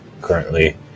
currently